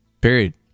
Period